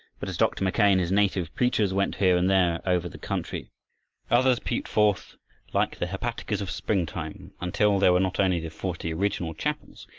but as dr. mackay and his native preachers went here and there over the country others peeped forth like the hepaticas of springtime, until there were not only the forty original chapels,